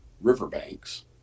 riverbanks